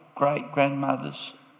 great-grandmother's